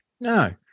No